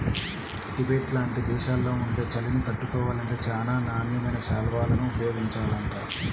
Tibet లాంటి దేశాల్లో ఉండే చలిని తట్టుకోవాలంటే చానా నాణ్యమైన శాల్వాలను ఉపయోగించాలంట